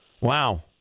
Wow